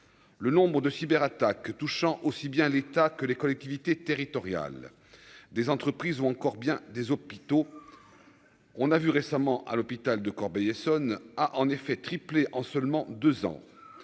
le nombre de cyber attaques touchant aussi bien l'État que les collectivités territoriales, des entreprises ou encore bien des hôpitaux, on a vu récemment à l'hôpital de Corbeil-Essonnes, a en effet triplé en seulement 2 ans,